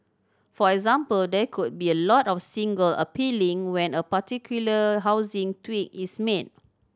for example there could be a lot of single appealing when a particular housing tweak is made